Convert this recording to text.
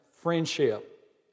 friendship